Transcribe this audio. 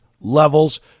levels